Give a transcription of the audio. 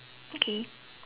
okay